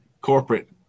corporate